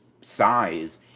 size